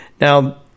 Now